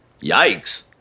Yikes